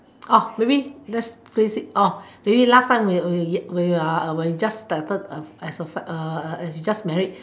oh maybe this oh maybe last time when we are when we started as fam~ just marriage